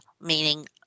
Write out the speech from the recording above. meaning